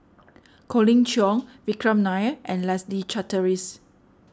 Colin Cheong Vikram Nair and Leslie Charteris